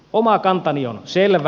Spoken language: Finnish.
oma kantani on selvä